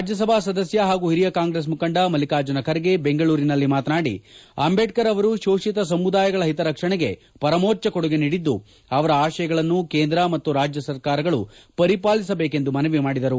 ರಾಜ್ಯಸಭಾ ಸದಸ್ಯ ಹಾಗೂ ಹಿರಿಯ ಕಾಂಗ್ರೆಸ್ ಮುಖಂಡ ಮಲ್ಲಿಕಾರ್ಜುನ ಖರ್ಗೆ ಬೆಂಗಳೂರಿನಲ್ಲಿ ಮಾತನಾಡಿ ಅಂಬೇಡ್ಕರ್ ಆವರು ಶೋಷಿತ ಸಮುದಾಯಗಳ ಒತರಕ್ಷಣೆಗೆ ಪರಮೋಚ್ದ ಕೊಡುಗೆ ನೀಡಿದ್ದು ಅವರ ಆತಯಗಳನ್ನು ಕೇಂದ್ರ ಮತ್ತು ರಾಜ್ಯ ಸರ್ಕಾರಗಳು ಪರಿಪಾಲಿಸಬೇಕೆಂದು ಮನವಿ ಮಾಡಿದ್ದಾರೆ